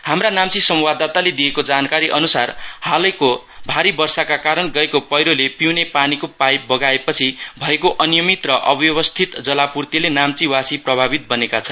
हाम्रा नाम्री संवाददाताले दिएको जानकारी अनुसार हालैको भारी वर्षाको कारण गएको पैरोले पिउने पानीको पाइप बगाएपछि भएको अनियमित र अव्यवस्थित जतापूर्तिले नाम्चीवारी प्रभावित बनेका छन्